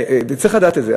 וצריך לדעת את זה.